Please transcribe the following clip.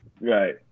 Right